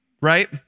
right